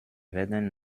werden